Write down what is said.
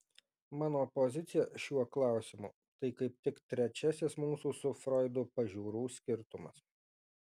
mano pozicija šiuo klausimu tai kaip tik trečiasis mūsų su froidu pažiūrų skirtumas